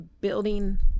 building